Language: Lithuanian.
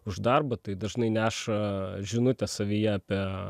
už darbą tai dažnai neša žinutę savyje apie